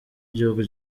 igihugu